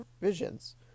visions